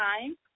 time